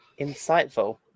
Insightful